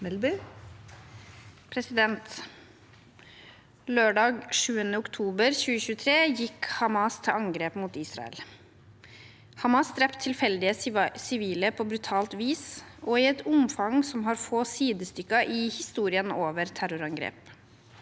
Lørdag 7. oktober 2023 gikk Hamas til angrep mot Israel. Hamas drepte tilfeldige sivile på brutalt vis og i et omfang som har få sidestykker i historien over terrorangrep.